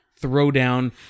throwdown